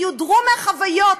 שיודרו מהחוויות,